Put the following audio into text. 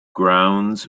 grounds